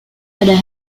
pada